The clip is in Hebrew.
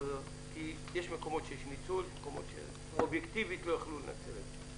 כי יש מקומות שיש ניצול ויש מקומות שאובייקטיבית לא יכלו לנצל.